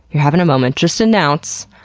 you're having a moment, just announce,